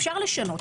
אפשר לשנות.